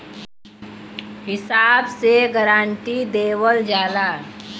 हिसाब से गारंटी देवल जाला